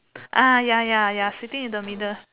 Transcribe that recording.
ah ya ya ya sitting in the middle